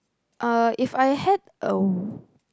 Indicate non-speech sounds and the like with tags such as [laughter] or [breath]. uh If I had a [breath]